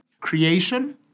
Creation